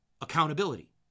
accountability